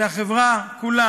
והחברה כולה,